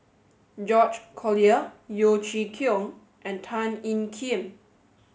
George Collyer Yeo Chee Kiong and Tan Ean Kiam